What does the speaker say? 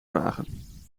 vragen